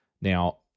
Now